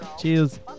Cheers